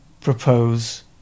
propose